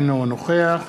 אינו נוכח